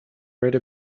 write